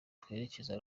twerekeza